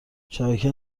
شبکه